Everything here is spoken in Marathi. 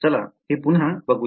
चला हे पुन्हा बघू या